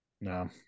No